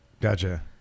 gotcha